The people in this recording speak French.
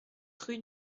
rue